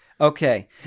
Okay